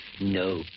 No